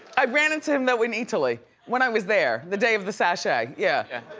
i ran into him though in eataly, when i was there, the day of the sashay, yeah.